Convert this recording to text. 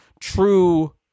true